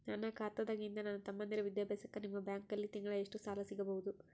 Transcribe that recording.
ನನ್ನ ಖಾತಾದಾಗಿಂದ ನನ್ನ ತಮ್ಮಂದಿರ ವಿದ್ಯಾಭ್ಯಾಸಕ್ಕ ನಿಮ್ಮ ಬ್ಯಾಂಕಲ್ಲಿ ತಿಂಗಳ ಎಷ್ಟು ಸಾಲ ಸಿಗಬಹುದು?